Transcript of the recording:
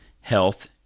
Health